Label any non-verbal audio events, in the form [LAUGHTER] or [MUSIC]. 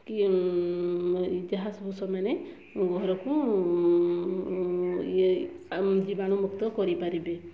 କି ଯାହା ସବୁ ସମାନେ ଘରକୁ [UNINTELLIGIBLE] ଜୀବାଣୁ ମୁକ୍ତ କରିପାରିବେ